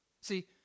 See